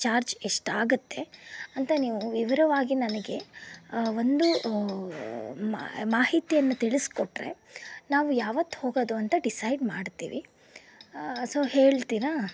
charge ಎಷ್ಟಾಗತ್ತೆ ಅಂತ ನೀವು ವಿವರವಾಗಿ ನನಗೆ ಒಂದು ಮಾಹಿ ಮಾಹಿತಿಯನ್ನು ತಿಳಸ್ಕೊಟ್ರೆ ನಾವು ಯಾವತ್ತು ಹೋಗೋದು ಅಂತ ಡಿಸೈಡ್ ಮಾಡ್ತೀವಿ ಸೊ ಹೇಳ್ತೀರಾ